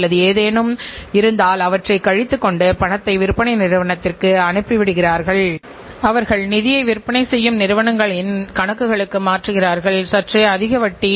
இதேபோல் இலாப நோக்கற்ற நிறுவனத்தில் நாம் இதை செய்வது கடினமான காரியம்